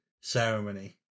ceremony